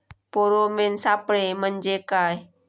Pheromone सापळे म्हंजे काय?